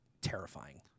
terrifying